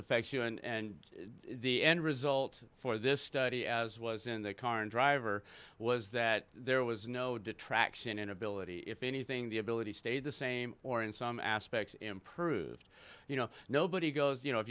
affects you and the end result for this study as was in the car and driver was that there was no detraction inability if anything the ability stayed the same or in some aspects improved you know nobody goes you know